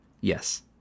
Yes